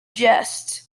jest